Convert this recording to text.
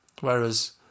Whereas